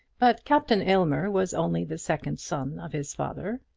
but captain aylmer was only the second son of his father,